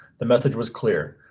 the message was clear.